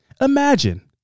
Imagine